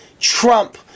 Trump